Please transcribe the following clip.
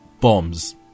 Bombs